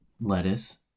lettuce